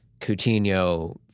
Coutinho